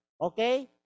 okay